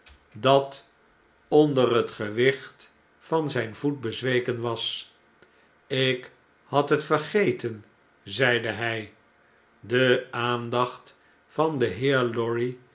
dat onder het gewicht van zjjn voet bezweken was lk had het vergeten zeide hjj de aandacht van den heer lorry